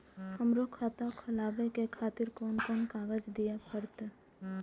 हमरो खाता खोलाबे के खातिर कोन कोन कागज दीये परतें?